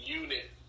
unit